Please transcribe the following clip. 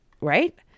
Right